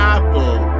Apple